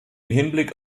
hinblick